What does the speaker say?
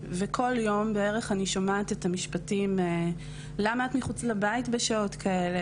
וכל יום בערך אני שומעת את המשפטים למה את מחוץ לבית בשעות כאלה,